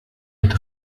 mit